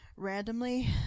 Randomly